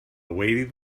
awaiting